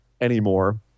anymore